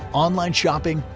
online shopping,